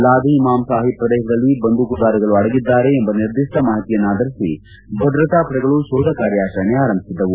ಲಾದಿ ಇಮಾಮ್ ಸಾಹಿಬ್ ಪ್ರದೇಶದಲ್ಲಿ ಬಂದೂಕುದಾರಿಗಳು ಅಡಗಿದ್ದಾರೆ ಎಂಬ ನಿರ್ದಿಷ್ಲ ಮಾಹಿತಿಯನ್ನಾಧರಿಸಿ ಭದ್ರತಾ ಪಡೆಗಳು ಶೋಧಕಾರ್ಯಾಚರಣೆ ಆರಂಭಿಸಿದ್ದವು